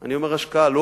אני אומר "השקעה",